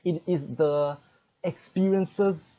it is the experiences